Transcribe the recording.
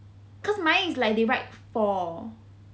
because mine is like they write for